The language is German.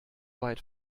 weit